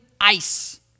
ice